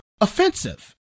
offensive